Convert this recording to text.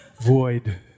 void